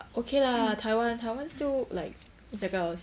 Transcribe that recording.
okay lah 台湾台湾 still like it's like a